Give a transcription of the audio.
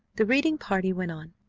the reading party went on,